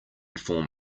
form